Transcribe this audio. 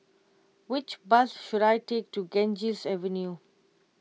which bus should I take to Ganges Avenue